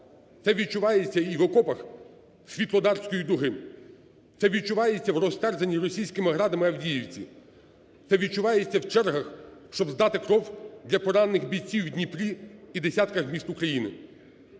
Це відчувається і в окопах Світлодарської дуги, це відчувається в розтерзаній російськими "градами" Авдіївці, це відчувається в чергах, щоб здати кров для поранених бійців у Дніпрі і десятках міст Україні.